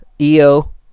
EO